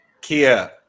Kia